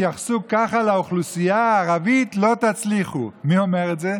כשאתם בנויים משנאה לקואליציה, אין לכם סיכוי.